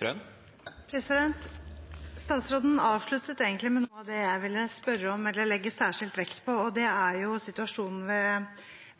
replikkordskifte. Statsråden avsluttet egentlig med noe av det jeg ville spørre om eller legge særskilt vekt på, og det er situasjonen